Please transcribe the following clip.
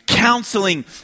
counseling